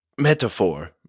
metaphor